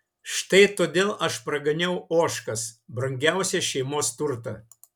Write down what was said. štai todėl aš praganiau ožkas brangiausią šeimos turtą